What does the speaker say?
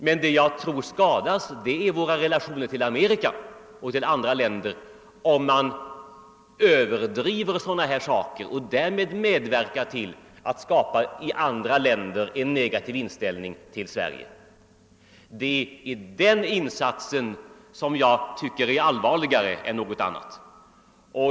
Men vad jag tror kan skadas är våra relationer med Amerika och med andra länder, om vi överdriver frågor av detta slag och därmed bidrar till att där skapa en negativ inställning till Sverige. Det är den insatsen som jag tycker är så allvarlig.